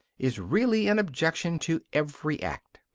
is really an objection to every act.